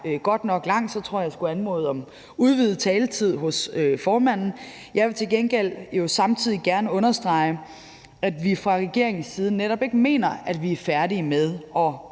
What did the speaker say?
godt nok lang, og så tror jeg, at jeg skulle anmode om udvidet taletid hos formanden. Jeg vil jo til gengæld samtidig gerne understrege, at vi fra regeringens side netop ikke mener, at vi er færdige med at